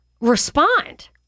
respond